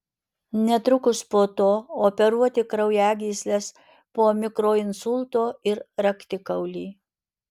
netrukus po to operuoti kraujagysles po mikroinsulto ir raktikaulį